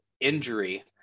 injury